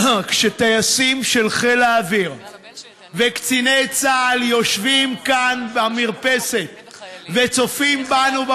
כשטייסים של חיל האוויר וקציני צה"ל יושבים כאן במרפסת וצופים בנו,